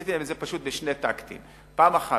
עשיתי להם את זה בשני טקטים: פעם אחת